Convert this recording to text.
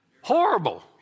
Horrible